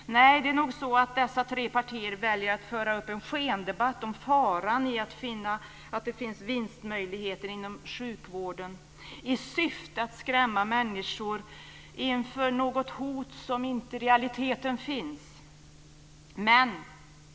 Nej, det är nog så att dessa tre partier väljer att föra upp en skendebatt om faran i att det finns vinstmöjligheter i sjukvården i syfte att skrämma människor inför något hot som i realiteten inte finns.